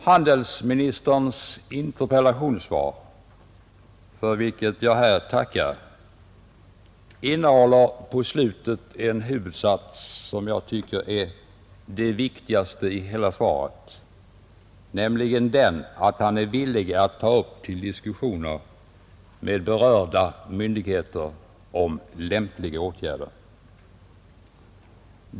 Handelsministerns interpellationssvar, för vilket jag tackar, innehåller på slutet en huvudsats som jag tycker är det viktigaste i hela svaret, nämligen den att han är villig att ta upp en diskussion med berörda myndigheter om lämpliga åtgärder.